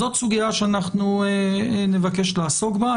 זאת סוגיה שאנחנו נבקש לעסוק בה.